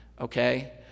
okay